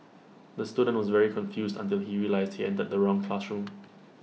the student was very confused until he realised he entered the wrong classroom